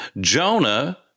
Jonah